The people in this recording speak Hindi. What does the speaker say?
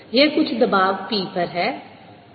यह कुछ दबाव p पर है